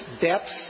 depths